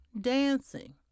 dancing